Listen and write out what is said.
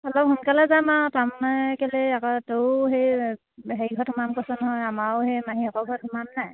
আকৌ সোনকালে যাম আৰু তাৰমানে কেলে আকৌ তয়ো সেই হেৰি ঘৰত সোমাম কৈছ নহয় আমাৰো সেই মাহীয়েকৰ ঘৰত সোমাম নাই